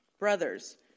Brothers